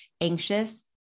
anxious